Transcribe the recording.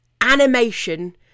animation